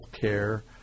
care